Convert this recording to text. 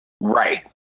Right